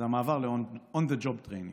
זה המעבר ל-on the job training.